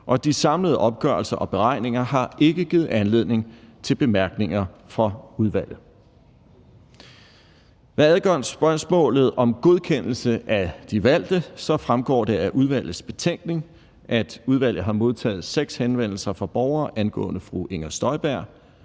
de samlede opgørelser og beregninger har ikke givet anledning til bemærkninger fra udvalget. Hvad angår spørgsmålet om godkendelse af de valgte, fremgår det af udvalgets betænkning, at udvalget har modtaget seks henvendelser fra borgere angående fru Inger Støjberg.